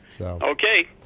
Okay